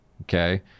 Okay